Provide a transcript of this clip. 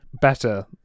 better